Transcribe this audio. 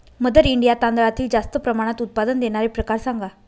mother India तांदळातील जास्त प्रमाणात उत्पादन देणारे प्रकार सांगा